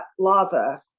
Laza